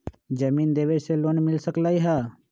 जमीन देवे से लोन मिल सकलइ ह?